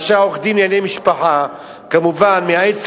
אפשר להזרים גם חצי מיליון כדי לשמור על המערכת,